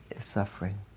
suffering